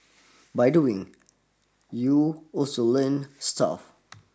by doing you also learn stuff